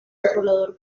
controlador